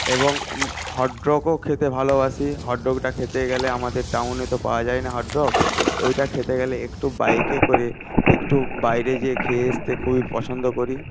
এবং হট ডগও খেতে ভালোবাসি হট ডগটা খেতে গেলে আমাদের টাউনে তো পাওয়া যায় না হট ডগ ওইটা খেতে গেলে একটু বাইকে করে একটু বাইরে গিয়ে খেয়ে আসতে খুবই পছন্দ করি